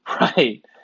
Right